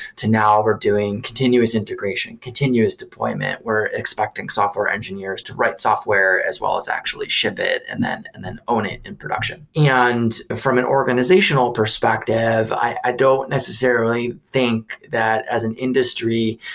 to now we're doing continuous integration, continuous deployment. we're expecting software engineers to write software as well as actually ship it and then and then own it in production. and from an organizational perspective, i don't necessarily think that as an industry,